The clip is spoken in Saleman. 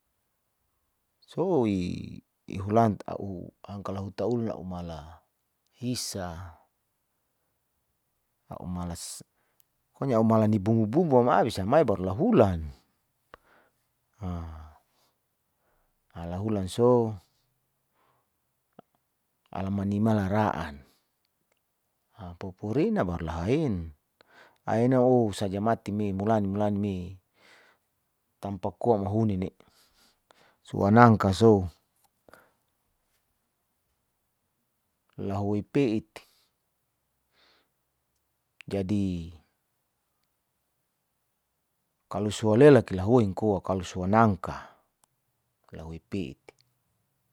soi ihulan a'u angka lahuta ulun a'u mala hisa, a;u malas pokonya a'u mala ni bumbu-bumbu amai amai bisa la hulan lahulan so alamani ma lara'an ha popo rina baru lahain ainao saja mati mo mulai mulani me tampa koa muhunine soa nagka sou lahueoi pe'it, jadi kalo soalela kilahoin koa soa nangka lahouwit pe'it.